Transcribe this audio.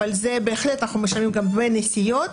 אנחנו משלמים גם דמי נסיעות,